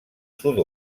sud